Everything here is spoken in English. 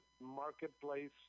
marketplace